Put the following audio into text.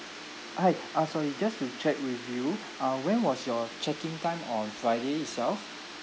hi uh sorry just to check with you uh when was your check in time on friday itself